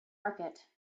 market